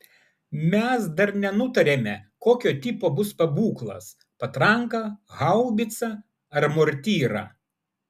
mes dar nenutarėme kokio tipo bus pabūklas patranka haubicą ar mortyra